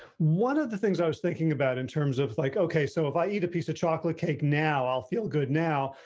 one of the things i was thinking about in terms of like, okay, so if i eat a piece of chocolate cake now i'll feel good now,